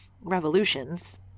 revolutions